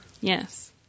Yes